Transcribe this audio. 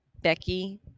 Becky